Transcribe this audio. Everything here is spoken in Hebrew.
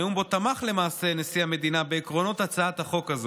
נאום שבו תמך למעשה נשיא המדינה בעקרונות הצעת החוק הזו,